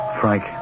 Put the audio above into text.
Frank